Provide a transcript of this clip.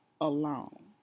alone